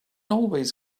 always